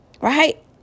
Right